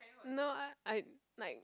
no I I like